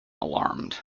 alarmed